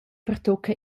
pertucca